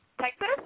Texas